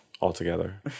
Altogether